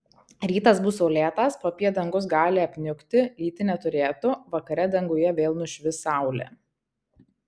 rytas bus saulėtas popiet dangus gali apniukti lyti neturėtų vakare danguje vėl nušvis saulė